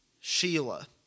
Sheila